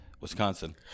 Wisconsin